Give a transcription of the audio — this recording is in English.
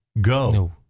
Go